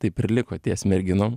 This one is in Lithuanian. taip ir liko ties merginom